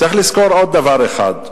צריך לזכור עוד דבר אחד,